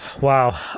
Wow